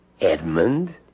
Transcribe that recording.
Edmund